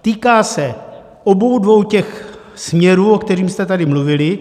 Týká se obou dvou těch směrů, o kterých jste tady mluvili.